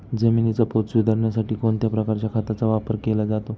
जमिनीचा पोत सुधारण्यासाठी कोणत्या प्रकारच्या खताचा वापर केला जातो?